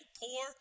poor